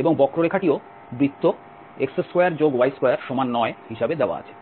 এবং বক্ররেখাটিও বৃত্ত x2y29হিসাবে দেওয়া আছে